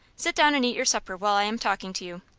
sit down and eat your supper while i am talking to you.